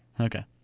Okay